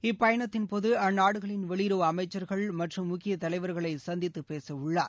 இப்பயணத்தின்போது அந்நாடுகளின் வெளியுறவு அமைச்சர்கள் மற்றும் முக்கிய தலைவர்களை சந்தித்துப்பேசவுள்ளார்